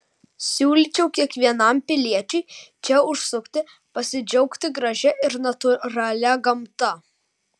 siūlyčiau kiekvienam piliečiui čia užsukti pasidžiaugti gražia ir natūralia gamta